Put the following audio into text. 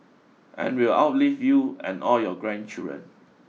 and will outlive you and all your grandchildren